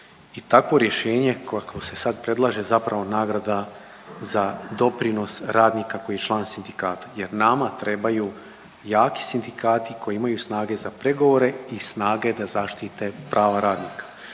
i takvo rješenje kakvo se sad predlaže zapravo nagrada za doprinos radnika koji je član sindikata jer nama trebaju jaki sindikati koji imaju snage za pregovore i snage da zaštite prava radnika.